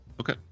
Okay